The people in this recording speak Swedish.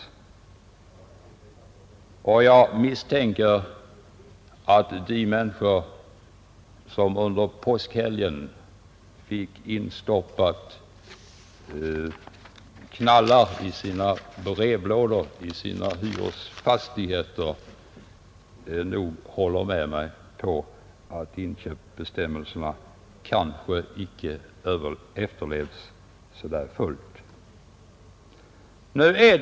Och jag misstänker att de människor som under påskhelgen fått knallpjäser instoppade i brevlådorna till sina hyresfastigheter håller med mig om att inköpsbestämmelserna kanske icke efterlevs så särskilt strikt.